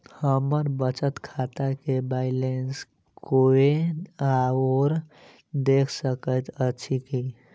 हम्मर बचत खाता केँ बैलेंस कोय आओर देख सकैत अछि की